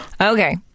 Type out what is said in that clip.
okay